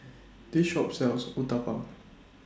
This Shop sells Uthapam